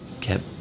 kept